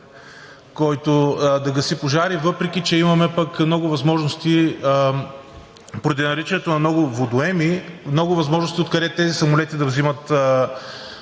който да гаси пожари, въпреки че имаме пък много възможности поради наличието на много водоеми, много възможности откъде тези самолети да взимат